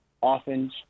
often